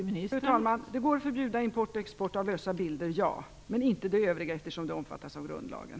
Fru talman! Det går att förbjuda import och export av lösa bilder, men inte det övriga eftersom det omfattas av grundlagen.